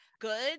good